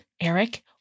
Eric